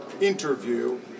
interview